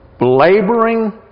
laboring